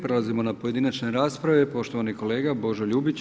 Prelazimo na pojedinačne rasprave, poštovani kolega Božo Ljubić.